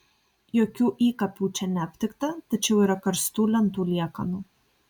jokių įkapių čia neaptikta tačiau yra karstų lentų liekanų